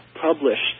Published